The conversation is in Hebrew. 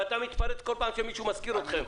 ואתה מתפרץ כל פעם שמישהו מזכיר אתכם.